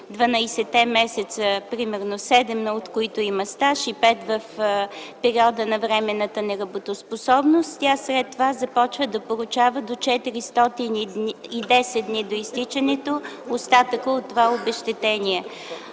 12-те месеца – примерно 7, от които има стаж, и 5 в периода на временната неработоспособност, след това започва да получава 410 дни до изтичането на остатъка от това обезщетение.